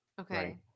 Okay